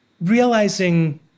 realizing